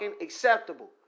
acceptable